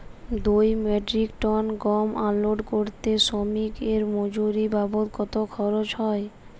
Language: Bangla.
দুই মেট্রিক টন গম আনলোড করতে শ্রমিক এর মজুরি বাবদ কত খরচ হয়?